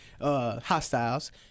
Hostiles